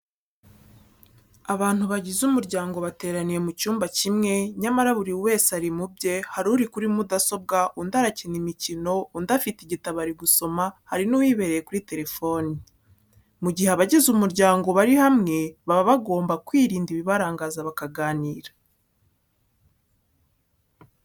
Abantu bagize umuryango bateraniye mu cyumba kimwe nyamara buri wese ari mu bye, hari uri kuri mudasobwa, undi arakina imikino, undi afite igitabo ari gusoma, hari n'uwibereye kuri telefoni. Mu gihe abagize umuryango bari hamwe baba bagomba kwirinda ibibarangaza bakaganira.